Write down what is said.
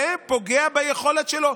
זה פוגע ביכולת שלו,